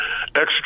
execute